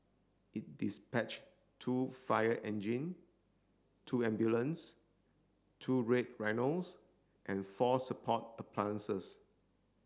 it dispatched two fire engine two ambulance two Red Rhinos and four support appliances